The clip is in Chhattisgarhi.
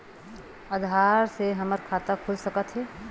आधार से हमर खाता खुल सकत हे?